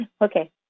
Okay